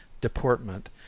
deportment